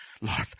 Lord